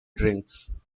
drinks